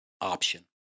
option